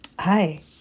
Hi